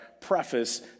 preface